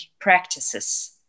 practices